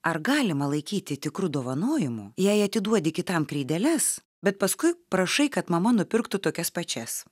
ar galima laikyti tikru dovanojimu jei atiduodi kitam kreideles bet paskui prašai kad mama nupirktų tokias pačias